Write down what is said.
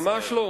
ממש לא.